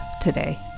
today